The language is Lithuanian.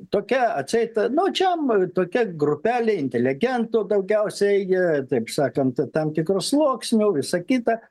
tokia atseit nu čia tokia grupelė inteligentų daugiausiai taip sakant tam tikrų sluoksnių visa kita